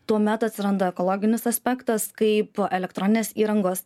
tuomet atsiranda ekologinis aspektas kaip elektroninės įrangos